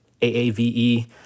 AAVE